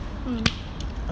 mm